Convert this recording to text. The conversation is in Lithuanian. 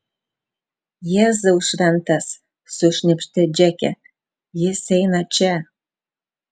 jėzau šventas sušnypštė džeke jis eina čia